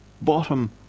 bottom